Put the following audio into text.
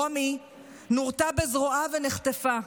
רומי נורתה בזרועה ונחטפה.